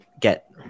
get